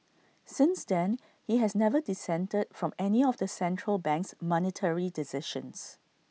since then he has never dissented from any of the central bank's monetary decisions